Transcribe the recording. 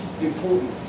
important